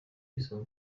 izo